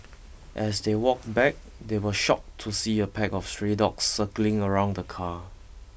as they walked back they were shocked to see a pack of stray dogs circling around the car